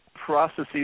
processes